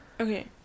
okay